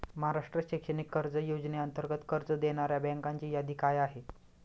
महाराष्ट्र शैक्षणिक कर्ज योजनेअंतर्गत कर्ज देणाऱ्या बँकांची यादी काय आहे?